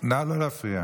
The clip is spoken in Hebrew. נא לא להפריע.